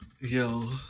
Yo